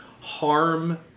harm